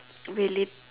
really